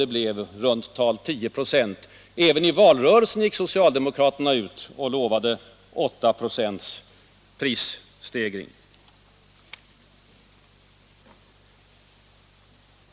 Det blev i runt tal 10 96. Även i valrörelsen gick socialdemokraterna ut och lovade 8 96 prisstegring.